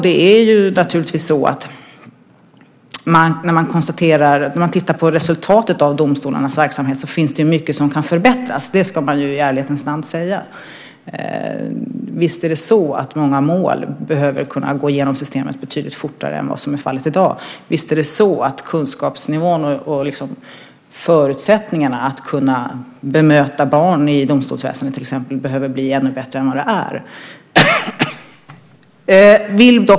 När man tittar på resultatet av domstolarnas verksamhet kan man konstatera att det finns mycket som kan förbättras. Det ska i ärlighetens namn sägas. Visst är det så att många mål behöver gå igenom systemet betydligt fortare än vad som är fallet i dag. Visst är det så att kunskapsnivån och förutsättningarna för att kunna bemöta till exempel barn i domstolsväsendet behöver bli ännu bättre än vad de är.